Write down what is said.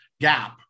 gap